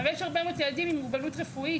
הרי יש הרבה מאוד ילדים עם מוגבלות רפואית,